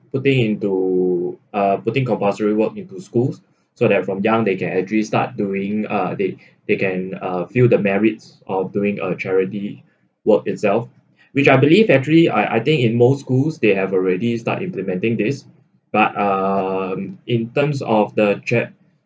putting into uh putting compulsory work into schools so that from young they can actually start doing uh the they can uh feel the merits of doing a charity work itself which I believe actually I I think in most schools they have already start implementing this but um in terms of the cha~